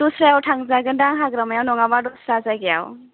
दस्रायाव थांजागोन दां हाग्रामायाव नङाब्ला दस्रा जायगायाव